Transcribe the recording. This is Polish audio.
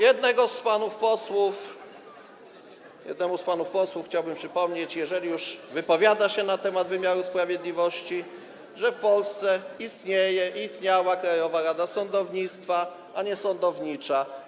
Jednemu z panów posłów chciałbym przypomnieć, jeżeli już wypowiada się na temat wymiaru sprawiedliwości, że w Polsce istnieje i istniała Krajowa Rada Sądownictwa, a nie sądownicza.